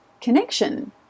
connection